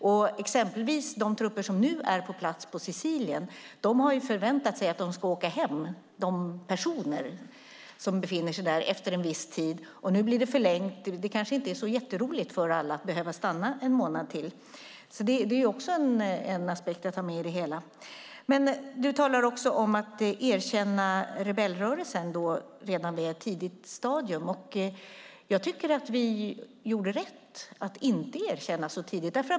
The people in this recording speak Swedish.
De personer som ingår i de trupper som nu är på plats på Sicilien har förväntat sig att åka hem efter en viss tid. Nu blir det förlängt. Det kanske inte är så roligt för alla att behöva stanna en månad till. Det är också en aspekt att ta med. Du talar om att erkänna rebellrörelsen redan på ett tidigt stadium. Jag tycker att vi gjorde rätt som inte erkände den så tidigt.